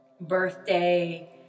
birthday